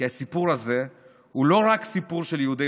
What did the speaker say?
כי הסיפור הזה הוא לא רק סיפור של יהודי